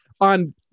on